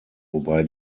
wobei